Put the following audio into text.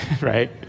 right